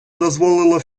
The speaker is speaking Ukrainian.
дозволило